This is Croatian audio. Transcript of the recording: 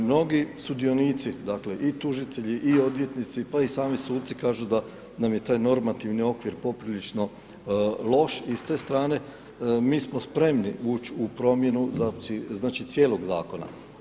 Mnogi sudionici i tužitelji i odvjetnici, pa i sami suci kažu da nam je taj normativni okvir poprilično loš i s te strane mi smo spremni ući u promjenu cijelog zakona.